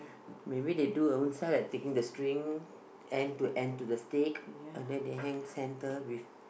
maybe they do their ownself like taking the string and then to add to the stick and then they hang center with